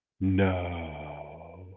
No